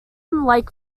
like